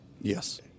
Yes